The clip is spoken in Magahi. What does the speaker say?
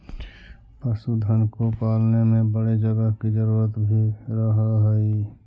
पशुधन को पालने में बड़े जगह की जरूरत भी रहअ हई